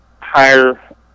higher